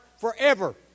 forever